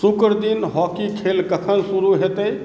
शुक्र दिन हॉकी खेल कखन शुरू हेतै